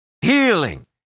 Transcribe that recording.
healing